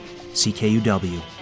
CKUW